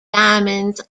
diamonds